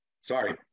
Sorry